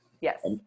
yes